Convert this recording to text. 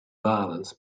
violence